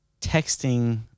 texting